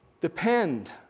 depend